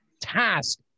task